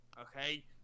Okay